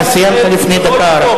אתה סיימת לפני דקה.